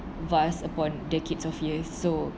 vast upon decades of years so